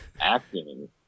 Acting